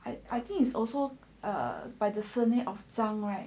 I I think is also a by the surname of 张 right